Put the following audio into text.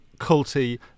culty